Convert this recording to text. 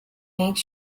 make